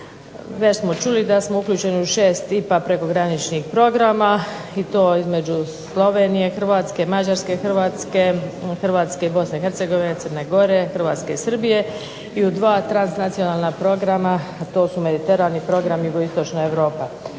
Već smo čuli da smo uključeni u šest IPA prekograničnih programa i to između Slovenije, Hrvatske, Mađarske – Hrvatske, Hrvatske i Bosne i Hercegovine, Crne Gore, Hrvatske i Srbije. I u dva transnacionalna programa a to su "Mediteran" i Program "Jugoistočna Europa".